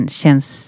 känns